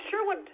Sherwood